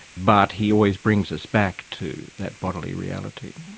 but he always brings us back to that bodily reality.